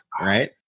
right